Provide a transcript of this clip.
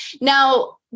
Now